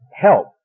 help